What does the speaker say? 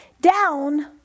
down